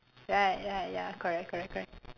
right right ya correct correct correct